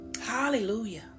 Hallelujah